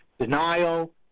denial